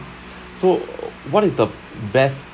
so what is the best